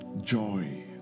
joy